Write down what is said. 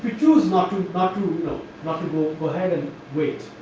choose not to not to know not to go go ahead and wait